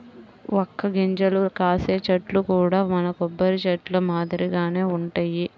వక్క గింజలు కాసే చెట్లు కూడా మన కొబ్బరి చెట్లు మాదిరిగానే వుంటయ్యి